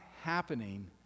happening